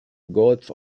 gods